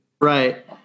Right